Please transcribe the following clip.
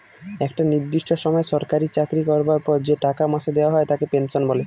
একটা নির্দিষ্ট সময় সরকারি চাকরি করবার পর যে টাকা মাসে দেওয়া হয় তাকে পেনশন বলে